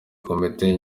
komite